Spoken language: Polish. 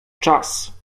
czas